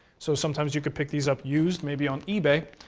so sometimes you can pick these up used, maybe on ebay.